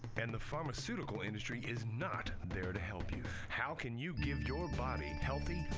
and the pharmaceutical industry is not there to help you. how can you give your body healthy,